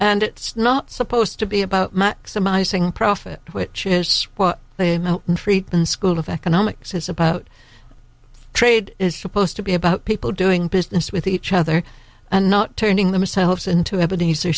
and it's not supposed to be about maximizing profit which is what they mean and school of economics is about trade is supposed to be about people doing business with each other and not turning themselves into